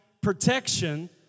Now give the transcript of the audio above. protection